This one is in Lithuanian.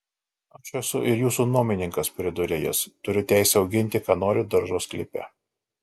aš esu ir jūsų nuomininkas priduria jis turiu teisę auginti ką noriu daržo sklype